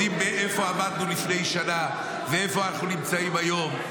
יודעים איפה עמדנו לפני שנה ואיפה אנחנו נמצאים היום,